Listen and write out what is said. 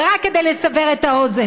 ורק כדי לסבר את האוזן,